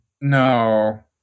No